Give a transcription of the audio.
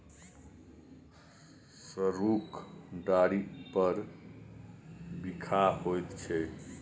सरुक डारि बड़ बिखाह होइत छै